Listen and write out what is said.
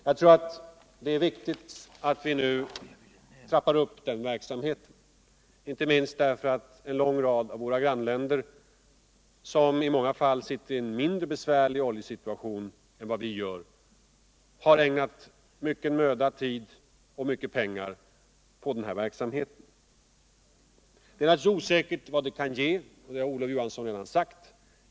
Jag tror att det är viktigt att vi nu trappar upp den verksamheten, inte minst därför att en lång rad av våra grannländer, som i många fall befinner sig i en mindre besvärlig situation än vi gör, har ägnat mycken möda, mycken tid och mycket pengar på den här verksamheten. Det är alltså osäkert vad verksamheten kan ge. och det har Olof Johansson redan sagt.